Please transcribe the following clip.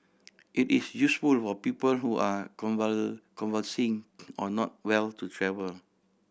it is useful for people who are convalescing or not well to travel